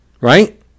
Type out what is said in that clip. Right